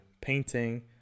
painting